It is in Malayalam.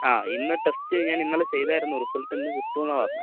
അ ഇന്ന് ടെസ്റ്റ് ഞാൻ ഇന്നലെ ചെയ്തിരുന്നു റിസൾട്ട് ഇന്ന് കിട്ടുമെന്നാണ് പറഞ്ഞത്